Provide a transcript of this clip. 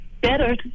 better